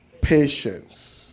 patience